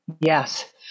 Yes